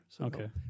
Okay